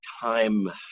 time